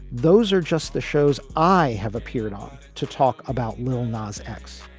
those are just the shows i have appeared on to talk about lil nas x.